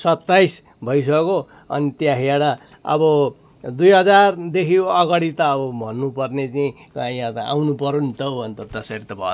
सत्ताइस भइसक्यो अनि त्यहाँखेर अब दुई हजारदेखि अगाडि त अब भन्नुपर्ने नि र यहाँ त आउनु पऱ्यो नि त हौ अन्त त्यसरी त भ